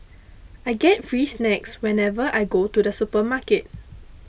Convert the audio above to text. I get free snacks whenever I go to the supermarket